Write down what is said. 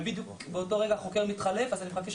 ובדיוק באותו רגע חוקר מתחלף אז אני מחכה שם.